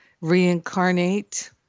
reincarnate